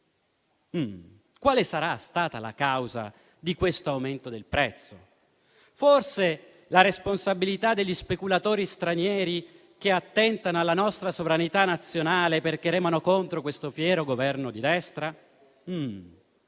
quale sia stata la causa dell'aumento del prezzo: forse la responsabilità degli speculatori stranieri che attentano alla nostra sovranità nazionale perché remano contro questo fiero Governo di destra?